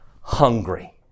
hungry